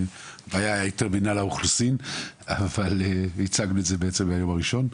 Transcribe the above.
היה היתר של מנהל האוכלוסין אבל בעצם הצגנו אותו כבר מהיום הראשון.